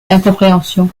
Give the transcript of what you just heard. incompréhension